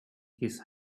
his